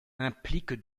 implique